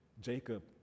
Jacob